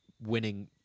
winning